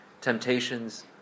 temptations